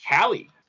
Callie